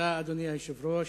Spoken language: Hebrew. אדוני היושב-ראש,